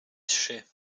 trzy